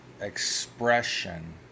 expression